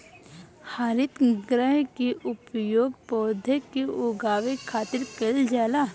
हरितगृह के उपयोग पौधा के उगावे खातिर कईल जाला